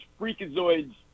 freakazoids